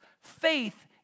Faith